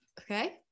Okay